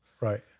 Right